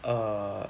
err